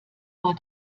war